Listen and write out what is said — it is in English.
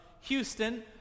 Houston